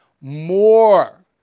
More